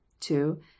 two